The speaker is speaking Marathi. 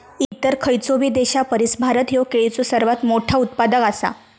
इतर खयचोबी देशापरिस भारत ह्यो केळीचो सर्वात मोठा उत्पादक आसा